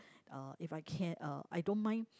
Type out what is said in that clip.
uh if I can uh I don't mind